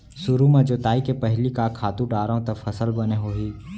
सुरु म जोताई के पहिली का खातू डारव त फसल बने होही?